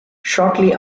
shortly